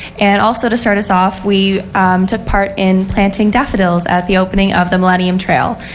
and also to start us off we took part in planting daffodils at the opening of the millennium trail.